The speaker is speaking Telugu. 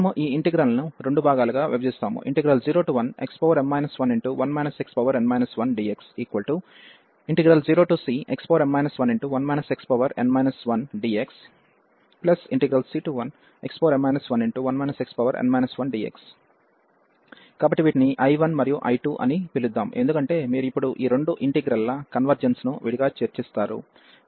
మనము ఈ ఇంటిగ్రల్ ను రెండు భాగాలుగా విభజిస్తాము 01xm 11 xn 1dx0cxm 11 xn 1dx⏟I1c1xm 11 xn 1dx⏟I2 కాబట్టి వీటిని I1 మరియు I2 అని పిలుద్దాం ఎందుకంటే మీరు ఇప్పుడు ఈ రెండు ఇంటిగ్రల్ ల కన్వెర్జెన్స్ ను విడిగా చర్చిస్తారు